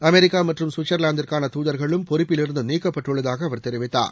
America மற்றும் கவிட்சர்லாந்துக்கான தூதர்களும் பொறுப்பிலிருந்து நீக்கப்பட்டுள்ளதாக அவர் தெரிவித்தார்